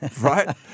right